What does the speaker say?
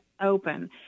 open